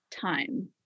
time